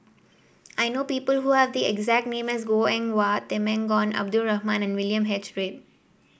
I know people who have the exact name as Goh Eng Wah Temenggong Abdul Rahman and William H Read